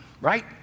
right